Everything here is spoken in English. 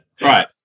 Right